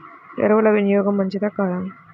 ఎరువుల వినియోగం మంచిదా కాదా?